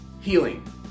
healing